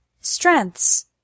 Strengths